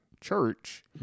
church